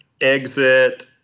exit